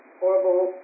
horrible